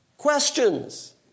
Questions